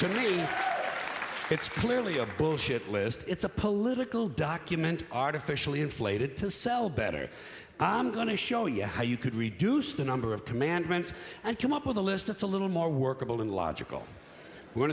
to me it's clearly a bullshit list it's a political document artificially inflated to sell better i'm going to show you how you could reduce the number of commandments and come up with a list that's a little more workable and logical